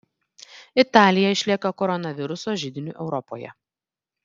italija išlieka koronaviruso židiniu europoje